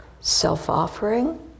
self-offering